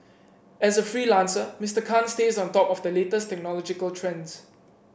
as a freelancer Mister Khan stays on top of the latest technological trends